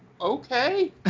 okay